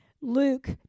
Luke